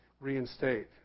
reinstate